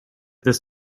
this